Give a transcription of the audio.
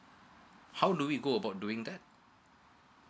how do we go about doing that